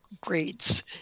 grades